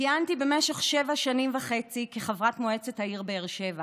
כיהנתי במשך שבע שנים וחצי כחברת מועצת העיר באר שבע,